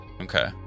okay